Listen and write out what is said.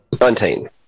Nineteen